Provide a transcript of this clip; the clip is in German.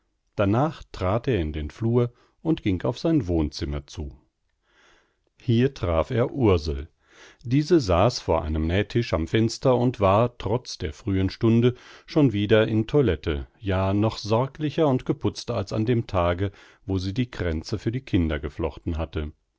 danach trat er in den flur und ging auf sein wohnzimmer zu hier traf er ursel diese saß vor einem nähtisch am fenster und war trotz der frühen stunde schon wieder in toilette ja noch sorglicher und geputzter als an dem tage wo sie die kränze für die kinder geflochten hatte